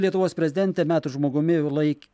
lietuvos prezidentę metų žmogumi laik